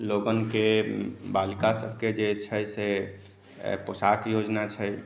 लोगन के बालिका सबके जे छै से पोशाक योजना छै